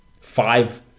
Five